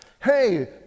Hey